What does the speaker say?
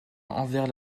envers